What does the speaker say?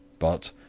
but,